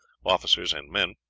officers, and men,